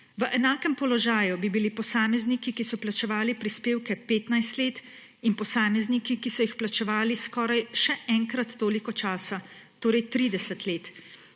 V enakem položaju bi bili posamezniki, ki so plačevali prispevke 15 let, in posamezniki, ki so jih plačevali skoraj še enkrat toliko časa, torej 30 let.